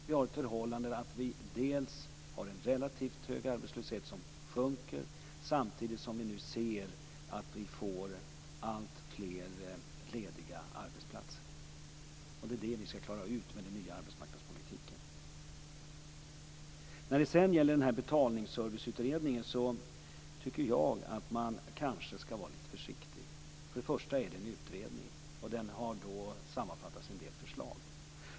Vi har det förhållandet att vi har en relativt hög arbetslöshet - som sjunker - samtidigt som vi ser att vi får alltfler lediga arbeten. Det är det vi skall klara ut med den nya arbetsmarknadspolitiken. När det sedan gäller den här betalningsserviceutredningen tycker jag att man kanske skall vara lite försiktig. För det första är det en utredning, och den har sammanfattats i en del förslag.